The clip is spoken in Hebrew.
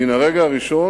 מן הרגע הראשון